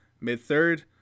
mid-third